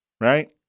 right